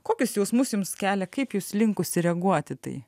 kokius jausmus jums kelia kaip jūs linkusi reaguoti į tai